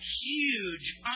huge